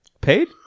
Paid